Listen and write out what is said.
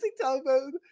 Telephone